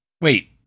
Wait